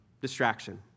Distraction